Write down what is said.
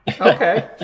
Okay